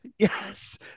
Yes